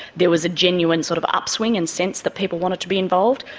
there was a genuine sort of upswing and sense that people wanted to be involved.